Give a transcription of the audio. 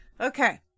okay